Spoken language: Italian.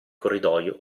corridoio